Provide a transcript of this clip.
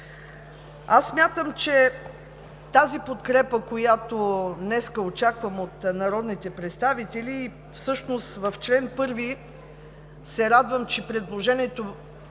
Смятам, че тази подкрепа, която днес очаквам от народните представители – всъщност в чл. 1, се радвам, че предложението